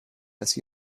dass